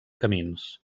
camins